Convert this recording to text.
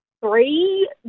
Three